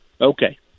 Okay